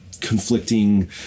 conflicting